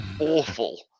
awful